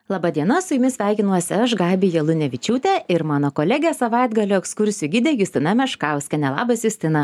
laba diena su jumis sveikinuosi aš gabija lunevičiūtė ir mano kolegė savaitgalio ekskursijų gidė justina meškauskienė labas justina